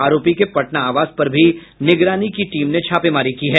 आरोपी के पटना आवास पर भी निगरानी टीम ने छापेमारी की है